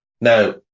Now